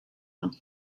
nhw